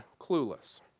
clueless